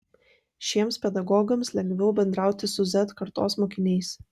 šiems pedagogams lengviau bendrauti su z kartos mokiniais